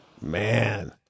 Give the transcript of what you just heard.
Man